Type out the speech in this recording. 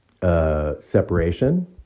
separation